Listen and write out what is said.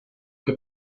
que